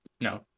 No